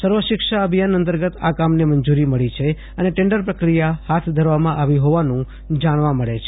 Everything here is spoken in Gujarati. સર્વ શિક્ષા અભિયાન અંતર્ગત આ કામને મંજુરી મળી છે અને ટેન્ડર પ્રક્રિયા હાથ ધરવામાં આવી હોવાનું જાણવા મળે છે